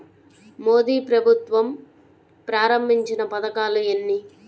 మోదీ ప్రభుత్వం ప్రారంభించిన పథకాలు ఎన్ని?